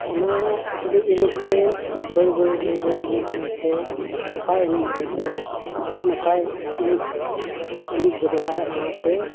ᱚᱱᱟ ᱮᱱᱮᱡ ᱮᱱᱮᱡ ᱛᱮ ᱵᱟᱹᱭ ᱵᱟᱹᱭ ᱵᱟᱹᱭ ᱵᱟᱹᱭ ᱮᱱᱮᱡ ᱮᱱᱮᱡ ᱛᱮ ᱱᱟᱯᱟᱭ ᱮᱱᱮᱡ ᱮᱱᱮᱡ ᱛᱮ ᱟᱹᱰᱤ ᱱᱟᱯᱟᱭ ᱮᱱᱮᱡ ᱮᱱᱮᱡ ᱜᱚᱫᱚᱜᱼᱟᱭ ᱚᱱᱟᱛᱮ